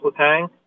Letang